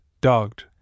dogged